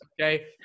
Okay